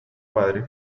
padre